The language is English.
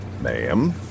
Ma'am